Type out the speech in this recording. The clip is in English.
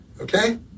Okay